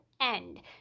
end